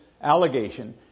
allegation